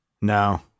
No